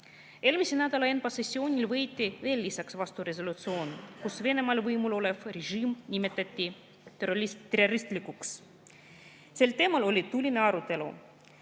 Eelmisel nädalal ENPA sessioonil võeti veel lisaks vastu resolutsioon, kus Venemaal võimul olev režiim nimetati terroristlikuks. Sel teemal oli tuline arutelu,